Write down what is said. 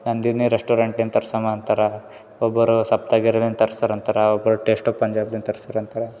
ನಂದಿನಿ ರೆಸ್ಟೋರೆಂಟಿಂದ್ ತರ್ಸೋಣ ಅಂತಾರೆ ಒಬ್ಬರು ಸಪ್ತಗಿರಿಲಿನ ತರ್ಸರಂತಾರೆ ಒಬ್ರು ಟೇಸ್ಟು ಪಂಜಾಬಿನ್ ತರ್ಸರಂತಾರೆ